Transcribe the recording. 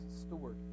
steward